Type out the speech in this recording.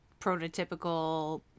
prototypical